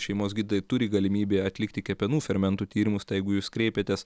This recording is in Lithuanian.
šeimos gydytojai turi galimybę atlikti kepenų fermentų tyrimus tai jeigu jūs kreipiatės